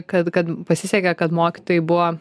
kad kad pasisekė kad mokytojai buvo